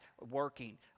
working